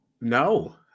No